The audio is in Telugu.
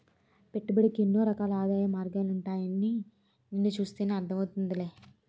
పెట్టుబడికి ఎన్నో రకాల ఆదాయ మార్గాలుంటాయని నిన్ను చూస్తేనే అర్థం అవుతోందిలే